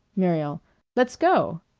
muriel let's go!